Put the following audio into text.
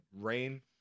rain